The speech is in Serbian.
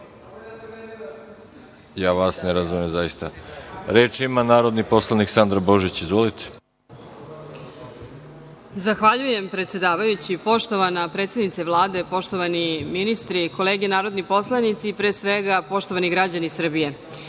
zaista ne razumem. Reč ima narodni poslanik, Sandra Božić. Izvolite. **Sandra Božić** Zahvaljujem, predsedavajući. Poštovana predsednice Vlade, poštovani ministri, kolege narodni poslanici, pre svega poštovani građani Srbije,